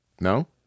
No